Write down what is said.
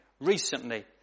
recently